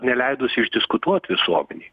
neleidus išdiskutuot visuomenei